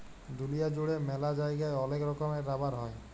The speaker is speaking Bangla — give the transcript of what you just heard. দুলিয়া জুড়ে ম্যালা জায়গায় ওলেক রকমের রাবার হ্যয়